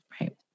Right